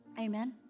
Amen